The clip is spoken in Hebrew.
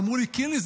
אמרו לי: קינלי,